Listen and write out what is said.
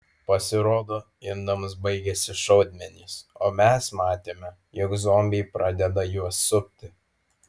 pasirodo indams baigėsi šaudmenys o mes matėme jog zombiai pradeda juos supti